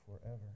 forever